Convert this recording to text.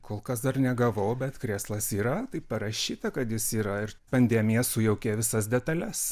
kol kas dar negavau bet krėslas yra taip parašyta kad jis yra ir pandemija sujaukė visas detales